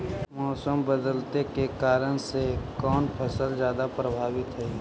मोसम बदलते के कारन से कोन फसल ज्यादा प्रभाबीत हय?